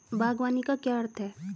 बागवानी का क्या अर्थ है?